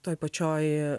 toj pačioj